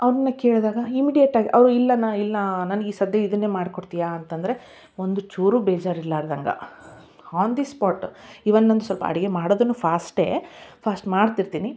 ಅವ್ರನ್ನ ಕೇಳಿದಾಗ ಇಮ್ಮೀಡಿಯಟಾಗಿ ಅವು ಇಲ್ಲ ನಾನು ಇಲ್ಲ ನನ್ಗೆ ಈಗ ಸದ್ಯ ಇದನ್ನೇ ಮಾಡಿ ಕೊಡ್ತೀಯ ಅಂತ ಅಂದ್ರೆ ಒಂದು ಚೂರು ಬೇಜಾರು ಇರ್ಲಾರ್ದಂತೆ ಆನ್ ದಿ ಸ್ಪಾಟ್ ಈವನ್ ನನ್ನದು ಸ್ವಲ್ಪ ಅಡುಗೆ ಮಾಡೋದೂ ಫಾಸ್ಟೇ ಫಾಸ್ಟ್ ಮಾಡ್ತಿರ್ತೀನಿ